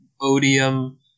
Odium